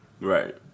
Right